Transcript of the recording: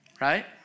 right